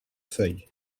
feuille